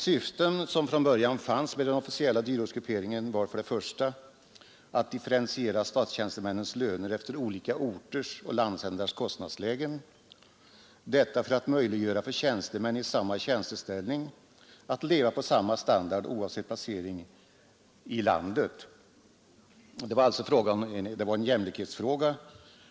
Syftet från början med den officiella dyrortsgrupperingen var för det första att differentiera statstjänstemännens löner efter olika orters och landsändars kostnadslägen, detta för att möjliggöra för tjänstemän i samma tjänsteställning att leva på samma standard oavsett placering i landet. Detta var alltså en jämlikhetsfråga.